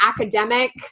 academic